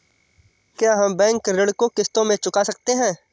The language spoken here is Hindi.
क्या हम बैंक ऋण को किश्तों में चुका सकते हैं?